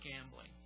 gambling